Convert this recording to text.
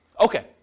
Okay